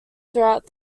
throughout